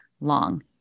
long